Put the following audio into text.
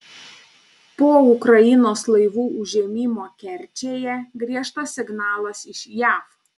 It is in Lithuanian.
po ukrainos laivų užėmimo kerčėje griežtas signalas iš jav